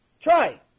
Try